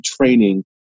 training